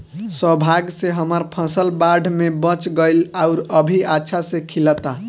सौभाग्य से हमर फसल बाढ़ में बच गइल आउर अभी अच्छा से खिलता